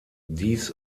dies